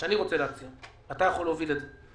מה שאני רוצה להציע ואתה יכול להוביל את זה,